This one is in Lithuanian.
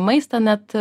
maistą net